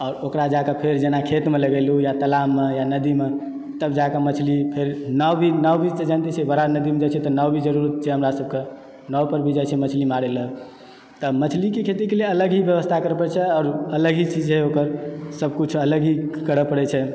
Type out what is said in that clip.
आओर ओकरा जाके फेर जेना खेतमे लगेलहुॅं या तालाबमे या नदीमे तब जाके मछली फेर नाव भी नाव भी जानिते छियै बड़ा नदीमे जाइ छै तऽ नाव भी ज़रूरत छै हमरा सबके नाव पर भी जाइ छै मछली मारय लए तऽ मछली के खेती के लिए अलग ही व्यवस्था करय परै छै आओर अलग ही छै जे ओकर सब किछु अलग ही करय परै छै